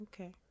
Okay